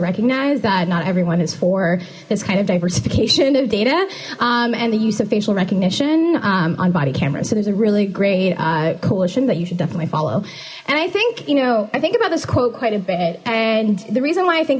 recognize that not everyone is for this kind of diversification of data and the use of facial recognition on body cameras so there's a really great coalition that you should definitely follow and i think you know i think about this quote quite a bit and the reason why i think